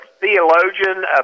theologian